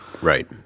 Right